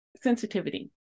sensitivity